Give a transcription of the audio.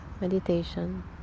meditation